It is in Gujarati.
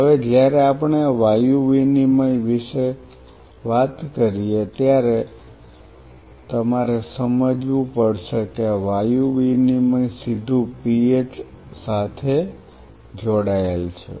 હવે જ્યારે આપણે વાયુ વિનિમય વિશે વાત કરીએ ત્યારે તમારે સમજવું પડશે કે વાયુ વિનિમય સીધુ pH સાથે જોડાયેલ છે